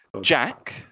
Jack